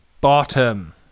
bottom